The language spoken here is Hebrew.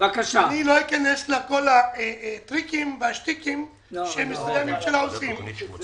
אני לא אכנס לכל הטריקים והשטיקים שמשרדי הממשלה עושים.